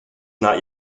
not